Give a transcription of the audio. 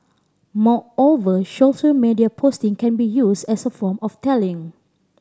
moreover shorter media posting can be used as a form of tallying